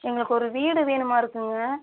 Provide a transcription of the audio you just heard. எங்களுக்கு ஒரு வீடு வேணுமான்னு இருக்குதுங்க